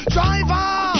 Driver